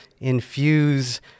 infuse